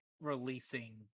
releasing